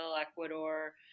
Ecuador